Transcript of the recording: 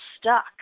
stuck